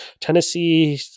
Tennessee